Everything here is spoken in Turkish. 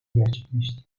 gerçekleşti